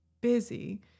busy